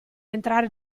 entrare